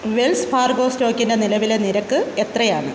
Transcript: Wells Fargo സ്റ്റോക്കിൻ്റെ നിലവിലെ നിരക്ക് എത്രയാണ്